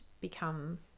become